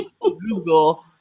Google